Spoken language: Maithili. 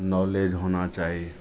नॉलेज होना चाही